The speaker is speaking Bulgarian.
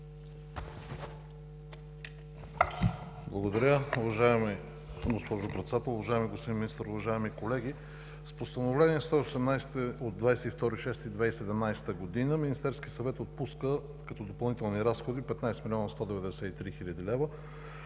Благодаря, уважаема госпожо Председател. Уважаеми господин Министър, уважаеми колеги! С Постановление 118 от 22 юни 2017 г. Министерският съвет отпуска като допълнителни разходи 15 милиона 193 хиляди лв.,